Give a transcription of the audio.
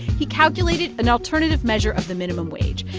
he calculated an alternative measure of the minimum wage.